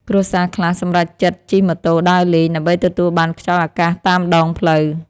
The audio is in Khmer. គ្រួសារខ្លះសម្រេចចិត្តជិះម៉ូតូដើរលេង ដើម្បីទទួលបានខ្យល់អាកាសតាមដងផ្លូវ។